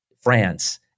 France